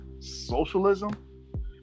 socialism